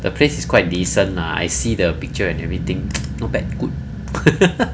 the place is quite decent lah I see the picture and everything not bad good